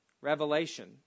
revelation